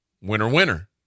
winner-winner